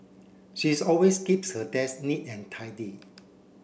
she's always keeps her desk neat and tidy